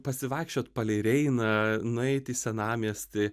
pasivaikščiot palei reiną nueit į senamiestį